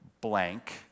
blank